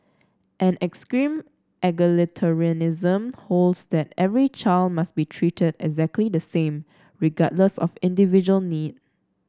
an extreme egalitarianism holds that every child must be treated exactly the same regardless of individual need